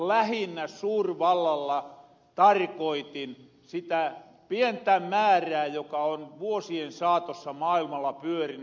lähinnä suurvallalla tarkoitin sitä pientä määrää joka on vuosien saatossa maailmalla pyöriny